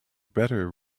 better